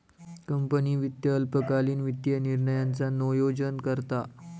company वित्त अल्पकालीन वित्तीय निर्णयांचा नोयोजन करता